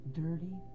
dirty